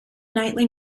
nightly